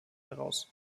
heraus